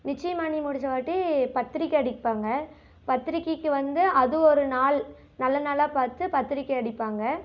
நிச்சயம் பண்ணி முடிச்ச வாட்டி பத்திரிக்கை அடிப்பாங்க பத்திரிக்கைக்கு வந்து அது ஒரு நாள் நல்ல நாளாக பார்த்து பத்தரிக்கை அடிப்பாங்க